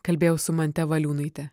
kalbėjau su mante valiūnaite